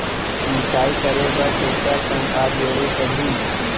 मिसाई करे बर टेकटर संग का जोड़े पड़ही?